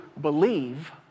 believe